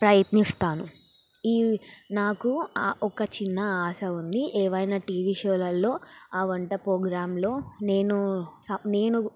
ప్రయత్నిస్తాను ఈ నాకు ఒక చిన్న ఆశ ఉంది ఏవైనా టీవీ షోలల్లో ఆ వంట పోగ్రామ్లో నేను స నేను